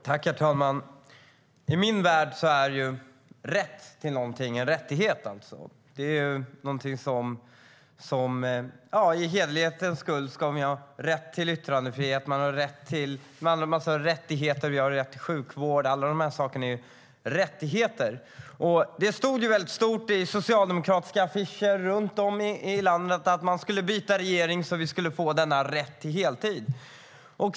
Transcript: Herr talman! I min värld är rätt till något detsamma som en rättighet. Man har rätt till yttrandefrihet, rätt till sjukvård och en massa andra rättigheter. På socialdemokratiska affischer runt om i landet stod det med stora bokstäver att man skulle byta regering så att vi skulle få rätt till heltid.